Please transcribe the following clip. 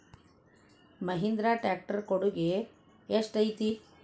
Mahindra tractor ಕೊಡುಗೆ ಎಷ್ಟು ಐತಿ?